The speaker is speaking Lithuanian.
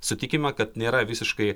sutikime kad nėra visiškai